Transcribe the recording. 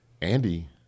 Andy